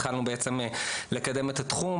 התחלנו בעצם לקדם את התחום,